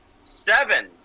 seven